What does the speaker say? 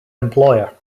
employer